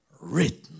written